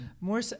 More